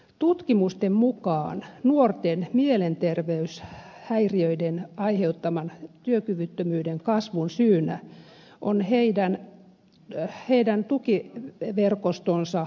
tutkimusten mukaan nuorten mielenterveyshäiriöiden aiheuttaman työkyvyttömyyden kasvun syynä on heidän tukiverkostonsa rapautuminen